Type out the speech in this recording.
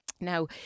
Now